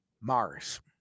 Mars